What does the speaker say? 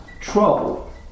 trouble